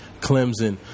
Clemson